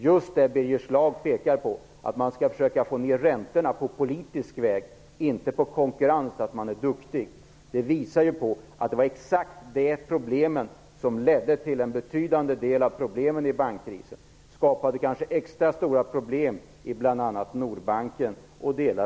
Just det Birger Schlaug pekar på, nämligen att man skall försöka att få ned räntorna på politisk väg, inte genom att konkurrera och vara duktig, var det som ledde till en betydande del av problemen i bankkrisen. Det var detta som skapade extra stora problem i bl.a.